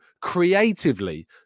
creatively